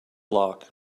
lock